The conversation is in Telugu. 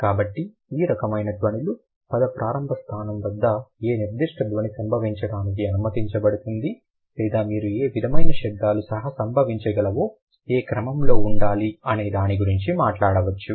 కాబట్టి ఈ రకమైన ధ్వనులు పద ప్రారంభ స్థానం వద్ద ఏ నిర్దిష్ట ధ్వని సంభవించడానికి అనుమతించబడుతుంది లేదా మీరు ఏ విధమైన శబ్దాలు సహ సంభవించగలవో ఏ క్రమంలో ఉండాలి అనే దాని గురించి మాట్లాడవచ్చు